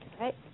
right